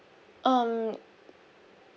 um